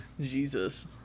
Jesus